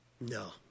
No